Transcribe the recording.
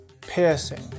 piercing